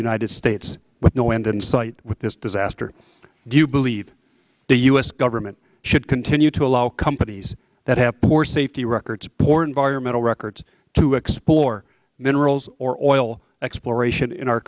united states with no end in sight with this disaster do you believe the us government should continue to allow companies that have poor safety records poor environmental records to explore minerals or oil exploration in our